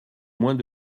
moins